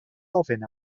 ofyn